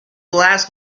glass